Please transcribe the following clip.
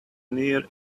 near